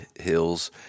Hills